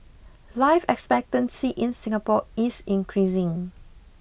life expectancy in Singapore is increasing